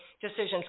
decisions